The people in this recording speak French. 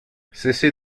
cessez